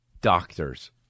doctors